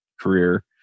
career